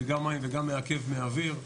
זה גם מים וגם מעכב מהאוויר,